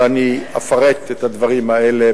ואני אפרט את הדברים האלה,